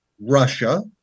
Russia